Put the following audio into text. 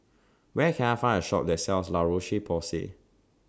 Where Can I Find A Shop that sells La Roche Porsay